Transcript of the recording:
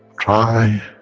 try